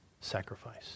Sacrifice